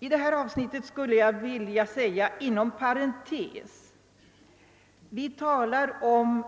I detta sammanhang vill jag inom parentes framhålla att när vi talar om